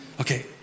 Okay